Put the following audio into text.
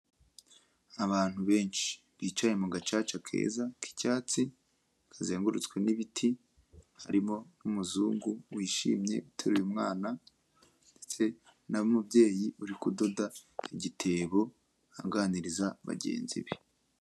Abantu benshi bicaye mu gacaca keza k'icyatsi, kazengurutswe n'ibiti, harimo n'umuzungu wishimye uteruye umwana ndetse n'umubyeyi uri kudoda igitebo aganiriza bagenzi be.